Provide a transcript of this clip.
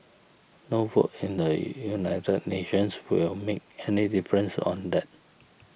no vote in the United Nations will make any difference on that